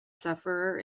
sufferer